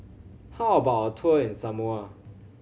how about a tour in Samoa